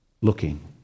looking